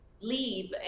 leave